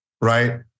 Right